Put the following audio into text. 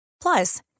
Plus